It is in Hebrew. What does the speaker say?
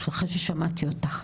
אחרי ששמעתי אותך,